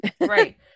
right